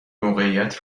موقعیت